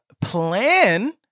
plan